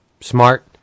smart